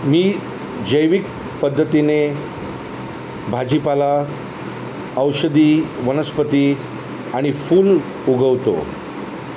मी जैविक पद्धतीने भाजीपाला औषधी वनस्पती आणि फूल उगवतो